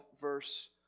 verse